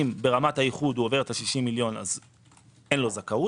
אם ברמת האיחוד הוא עובר את ה-60 מיליון שקל אז אין לו זכאות,